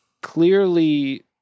clearly